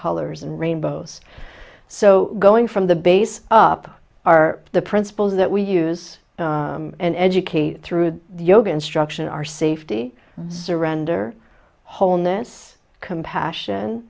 colors and rainbows so going from the base up are the principles that we use and educate through yoga instruction our safety surrender wholeness compassion